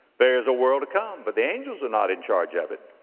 there is a world to come but the angels are not in charge of it.